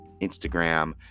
instagram